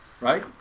right